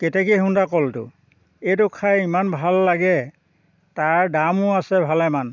কেতেকীসোন্দা কলটো এইটো খাই ইমান ভাল লাগে তাৰ দামো আছে ভালেমান